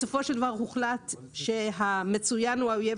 בסופו של דבר הוחלט שהמצוין הוא האויב